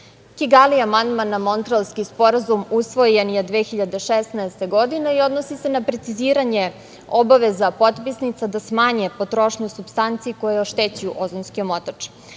Kigali amandman na Montrealski sporazum usvojen je 2016. godine i odnosi se na preciziranje obaveza potpisnica da smanje potrošnju supstanci koje oštećuju ozonski omotač. Do